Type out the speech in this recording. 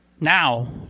Now